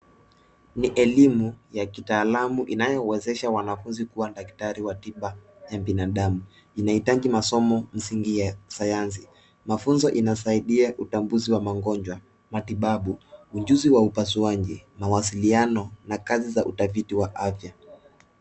Ni elimu ya kitaalamu inayowezesha wanafunzi kuwa daktari wa tiba ya binadamu. Inahitaji masomo msingi ya sayansi. Mafunzo inasaidia utambuzi wa magonjwa, matibabu, ujuzi wa upasuaji, mawasiliano na kazi za utafiti wa afya.